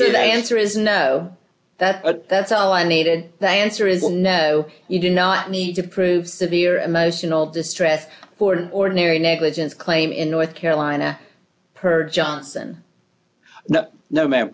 they answer is no that but that's all i needed the answer is no you do not need to prove severe emotional distress or an ordinary negligence claim in north carolina per johnson no ma